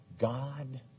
God